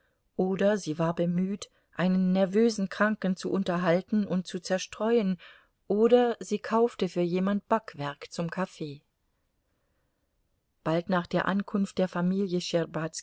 oder sie war bemüht einen nervösen kranken zu unterhalten und zu zerstreuen oder sie kaufte für jemand backwerk zum kaffee bald nach der ankunft der familie